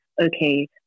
okay